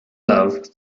love